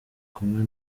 kumwe